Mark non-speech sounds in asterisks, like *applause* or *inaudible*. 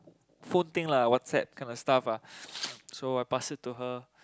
phone thing lah WhatsApp kinda stuff ah *breath* so I passed it to her